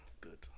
Good